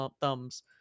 thumbs